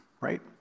right